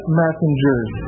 messengers